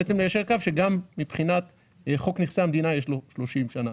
בעצם ליישר קו שגם מבחינת חוק נכסי המדינה יש לו 30 שנה.